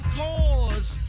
cause